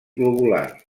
globular